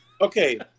okay